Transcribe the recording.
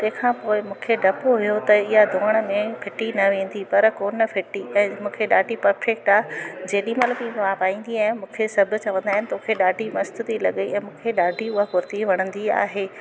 तंहिंखां पोइ मूंखे डपु हुयो त इहा धोयण में फिटी न वेंदी पर कोन्ह फिटी ऐं मूंखे ॾाढी परफैक्ट आहे जेॾीमहिल बि मां पाईंदी आहियां मूंखे सभु चवंदा आहिनि तोखे ॾाढी मस्तु थी लॻे ऐं मूंखे ॾाढी हुआ वणंदी आहे